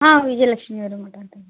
ಹಾಂ ವಿಜಯಲಕ್ಷ್ಮಿ ಅವರಾ ಮಾತಾಡ್ತ